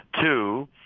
Two